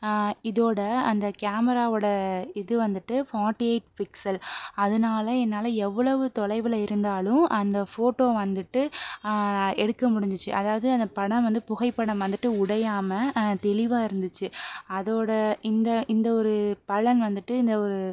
இதோடய அந்த கேமராவோட இது வந்துட்டு ஃபாட்டி எயிட் பிக்சல் அதனாலே என்னால் எவ்வளவு தொலைவில் இருந்தாலும் அந்த ஃபோட்டோ வந்துட்டு எடுக்க முடிஞ்சிச்சு அதாவது அந்த படம் வந்து புகைப்படம் வந்துட்டு உடையாமல் தெளிவாக இருந்துச்சு அதோடு இந்த இந்த ஒரு பலன் வந்துவிட்டு இந்த ஒரு